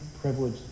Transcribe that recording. privilege